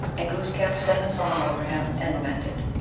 and glooskap sang a song over him and lamented.